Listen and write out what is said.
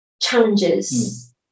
challenges